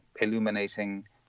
illuminating